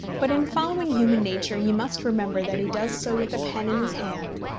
but in following human nature he must remember that he does so with a pen in his hand,